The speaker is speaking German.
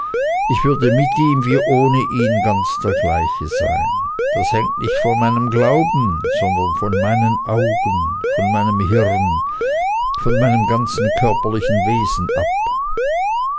ich würde mit ihm wie ohne ihn ganz der gleiche sein das hängt nicht von meinem glauben sondern von meinen augen von meinem hirn von meinem ganzen körperlichen wesen ab